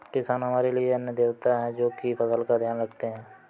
किसान हमारे लिए अन्न देवता है, जो की फसल का ध्यान रखते है